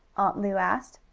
aunt lu asked.